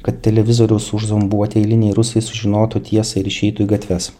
kad televizoriaus užzombuoti eiliniai rusai sužinotų tiesą ir išeitų į gatves